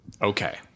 Okay